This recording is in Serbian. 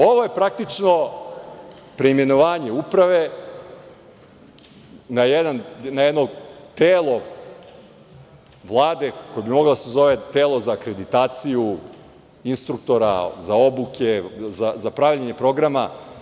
Ovo je praktično, preimenovanje uprave na jedno telo Vlade koje bi moglo da se zove telo za akreditaciju instruktora za obuke, za pravljenje programa.